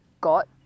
got